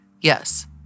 Yes